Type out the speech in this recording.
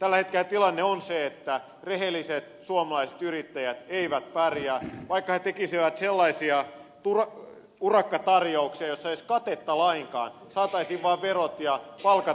tällä hetkellä tilanne on se että rehelliset suomalaiset yrittäjät eivät pärjää vaikka he tekisivät sellaisia urakkatarjouksia joissa ei olisi katetta lainkaan saataisiin vain verot ja palkat maksettua